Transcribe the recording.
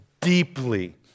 deeply